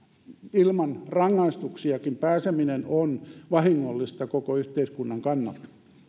ilman rangaistuksiakin pääseminen on vahingollista koko yhteiskunnan kannalta